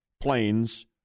planes